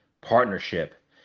partnership